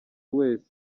wese